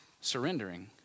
surrendering